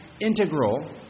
integral